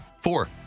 four